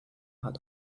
hat